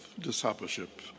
discipleship